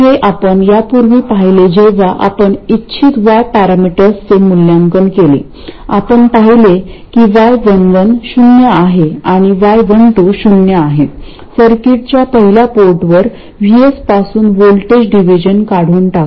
हे आपण यापूर्वी पाहिले जेव्हा आपण इच्छित y पॅरामीटर्सचे मूल्यांकन केले आपण पाहिले की y11 शून्य आहे आणि y12 शून्य आहे सर्किटच्या पहिल्या पोर्टवर VS पासून व्होल्टेज डिव्हिजन काढून टाका